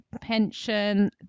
pension